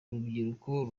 rubyiruko